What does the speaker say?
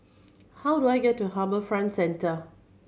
how do I get to HarbourFront Centre